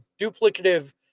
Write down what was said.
duplicative